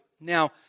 Now